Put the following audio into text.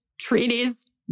treaties